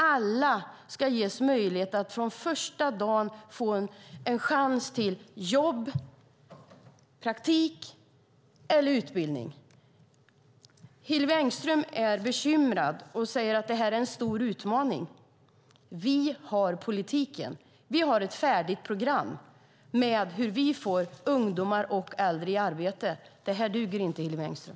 Alla ska ges möjlighet att från första dagen få en chans till jobb, praktik eller utbildning. Hillevi Engström är bekymrad och säger att det är en stor utmaning. Vi har politiken. Vi har ett färdigt program med hur vi får ungdomar och äldre i arbete. Detta duger inte, Hillevi Engström!